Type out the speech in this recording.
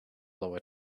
lower